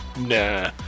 nah